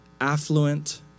affluent